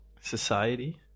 society